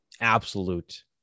absolute